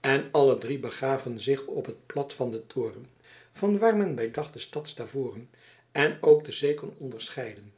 en alle drie begaven zich op het plat van den toren van waar men bij dag de stad stavoren en ook de zee kon onderscheiden